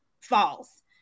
false